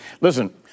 Listen